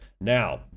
now